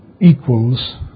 equals